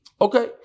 Okay